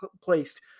placed